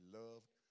loved